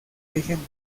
vigente